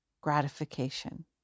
gratification